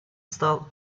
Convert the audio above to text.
стал